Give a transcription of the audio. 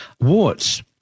warts